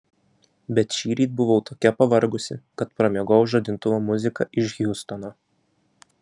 bet šįryt buvau tokia pavargusi kad pramiegojau žadintuvo muziką iš hjustono